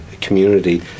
community